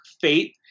faith